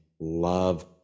love